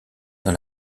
dans